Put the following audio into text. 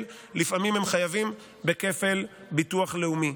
לפעמים הם חייבים בכפל ביטוח לאומי.